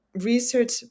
research